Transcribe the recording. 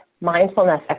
mindfulness